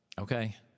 Okay